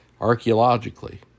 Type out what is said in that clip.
Archaeologically